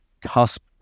cusp